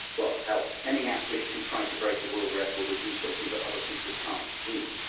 well help any athlete who tries to break a world record or do something that other people can't do,